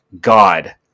God